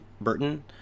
Burton